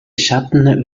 schatten